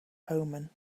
omen